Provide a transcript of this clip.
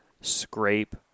scrape